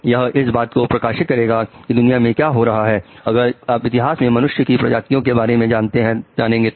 यह इस बात को प्रकाशित करेगा कि दुनिया में क्या हो रहा है अगर आप इतिहास में मनुष्य की प्रजातियों के बारे में जानेंगे तो